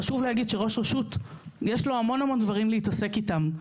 חשוב להגיד שלראש רשות יש המון המון דברים להתעסק איתם,